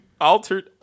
altered